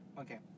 Okay